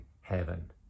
heaven